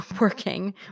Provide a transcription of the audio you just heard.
working